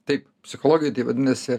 taip psichologijoj vadinasi